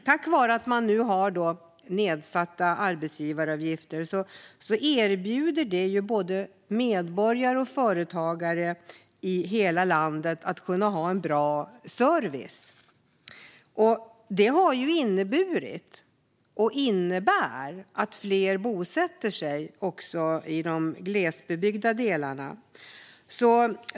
Tack vare att man nu har nedsatta arbetsgivaravgifter erbjuds medborgare och företagare i hela landet en bra service. Det har inneburit och innebär att fler bosätter sig i de glesbebyggda delarna.